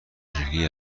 شکلی